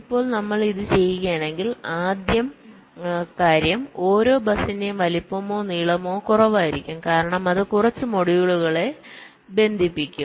ഇപ്പോൾ നമ്മൾ ഇത് ചെയ്യുകയാണെങ്കിൽ ആദ്യം കാര്യം ഓരോ ബസിന്റെയും വലിപ്പമോ നീളമോ കുറവായിരിക്കും കാരണം അത് കുറച്ച് മൊഡ്യൂളുകളെ ബന്ധിപ്പിക്കും